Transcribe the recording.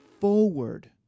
forward